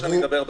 אני אדבר בסוף.